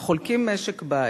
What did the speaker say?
החולקים משק בית,